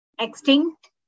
extinct